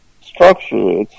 structure